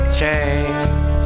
change